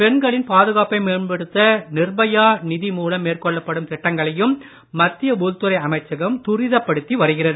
பெண்களின் பாதுகாப்பை மேம்படுத்த நிர்பயா நிதி மூலம் மேற்கொள்ளப்படும் திட்டங்களையும் மத்திய உள்துறை அமைச்சகம் துரிதப்படுத்தி வருகிறது